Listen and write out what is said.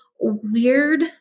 weird